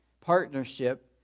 Partnership